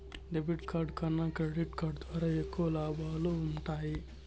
debit card కన్నా credit card ద్వారా ఎక్కువ లాబాలు వుంటయ్యి